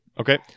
Okay